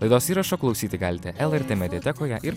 laidos įrašo klausyti galite lrt mediatekoje ir